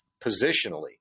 positionally